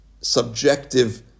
subjective